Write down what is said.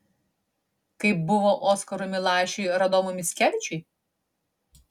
kaip buvo oskarui milašiui ar adomui mickevičiui